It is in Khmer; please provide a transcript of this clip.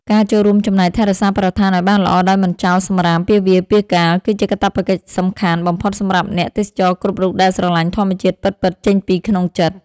ការចូលរួមចំណែកថែរក្សាបរិស្ថានឱ្យបានល្អដោយមិនចោលសម្រាមពាសវាលពាសកាលគឺជាកាតព្វកិច្ចសំខាន់បំផុតសម្រាប់អ្នកទេសចរគ្រប់រូបដែលស្រឡាញ់ធម្មជាតិពិតៗចេញពីក្នុងចិត្ត។